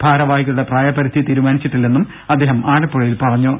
ഭാരവാ ഹികളുടെ പ്രായപരിധി തീരുമാനിച്ചിട്ടില്ലെന്നും അദ്ദേഹം ആലപ്പുഴയിൽ അറി യിച്ചു